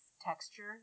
texture